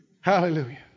Hallelujah